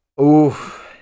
Oof